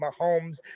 Mahomes